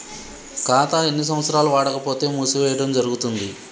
ఖాతా ఎన్ని సంవత్సరాలు వాడకపోతే మూసివేయడం జరుగుతుంది?